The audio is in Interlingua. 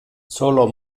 solo